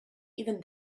even